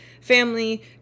family